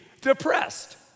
depressed